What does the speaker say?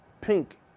pink